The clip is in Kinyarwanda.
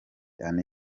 ane